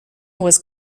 was